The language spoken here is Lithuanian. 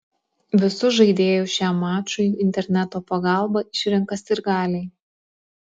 visus žaidėjus šiam mačui interneto pagalba išrenka sirgaliai